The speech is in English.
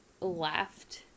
left